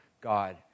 God